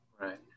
Right